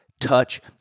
touch